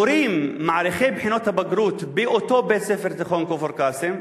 מורים מעריכי בחינות הבגרות באותו בית-ספר תיכון כפר-קאסם